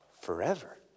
forever